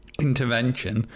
intervention